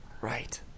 Right